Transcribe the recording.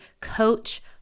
coach